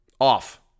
Off